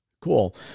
Cool